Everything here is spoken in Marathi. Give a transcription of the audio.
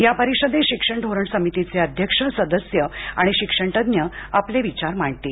या परिषदेत शिक्षण धोरण समितीचे अध्यक्ष सदस्य आणि शिक्षण तज्ञ आपले विचार मांडणातील